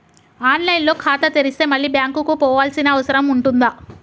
On line లో ఖాతా తెరిస్తే మళ్ళీ బ్యాంకుకు పోవాల్సిన అవసరం ఉంటుందా?